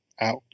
out